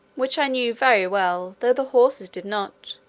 which i knew very well, though the horses did not,